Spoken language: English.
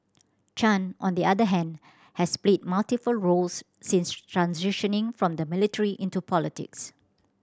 Chan on the other hand has played multiple roles since transitioning from the military into politics